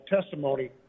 testimony